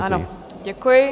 Ano, děkuji.